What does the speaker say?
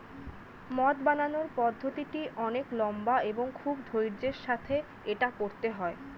মদ বানানোর পদ্ধতিটি অনেক লম্বা এবং খুব ধৈর্য্যের সাথে এটা করতে হয়